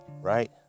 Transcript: right